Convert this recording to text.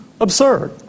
absurd